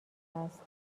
است